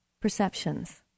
perceptions